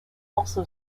also